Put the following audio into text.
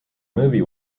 movie